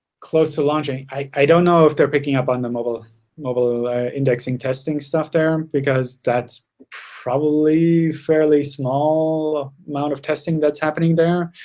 close to launching, i don't know if they're picking up on the mobile mobile indexing testing stuff there, because that's probably fairly small amount of testing that's happening there.